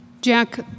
Jack